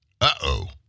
Uh-oh